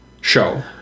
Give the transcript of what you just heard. show